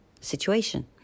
situation